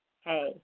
hey